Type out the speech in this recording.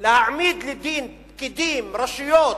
להעמיד לדין פקידים, רשויות,